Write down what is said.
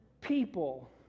people